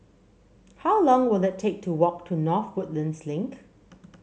how long will it take to walk to North Woodlands Link